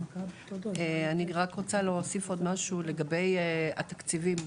אני רק רוצה להוסיף עוד משהו לגבי התקציבים.